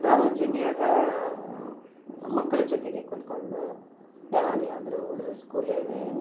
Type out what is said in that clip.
drama junior ಮಕ್ಳ ಜೊತೆಗೆ ಕುತ್ಕೊಂಡು ಯಾವಾಗಲಾದ್ರು ಹುಡುಗರು ಸ್ಕೂಲಿಗೆ